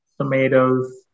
tomatoes